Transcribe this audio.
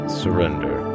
surrender